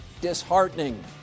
disheartening